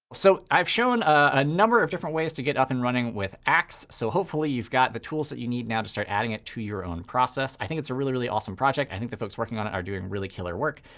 so i've shown a number of different ways to get up and running with axe. so hopefully, you've got the tools that you need now to start adding it to your own process. i think that's a really, really awesome project. i think the folks working on it are doing really killer work.